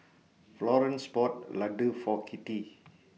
Florance bought Ladoo For Kitty